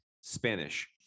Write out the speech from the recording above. Spanish